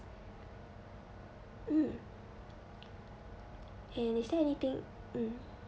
mm and is there anything mm